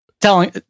telling